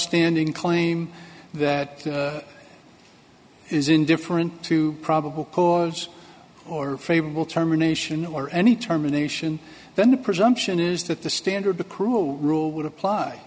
standing claim that is indifferent to probable cause or favorable terminations or any terminations then the presumption is that the standard the cruel rule would apply